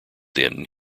then